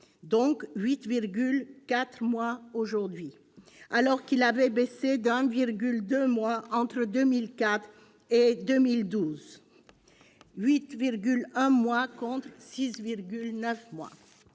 2015- 8,4 mois aujourd'hui -alors qu'il avait baissé de 1,2 mois entre 2004 et 2012- 8,1 mois contre 6,9 mois.